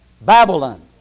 Babylon